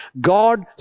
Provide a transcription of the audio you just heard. God